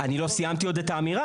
אני לא סיימתי עוד את האמירה.